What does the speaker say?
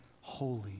holy